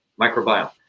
microbiome